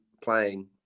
playing